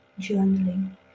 journaling